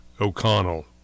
O'Connell